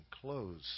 close